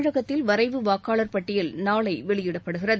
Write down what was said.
தமிழகத்தில் வரைவு வாக்காளர் பட்டியல் நாளை வெளியிடப்படுகிறது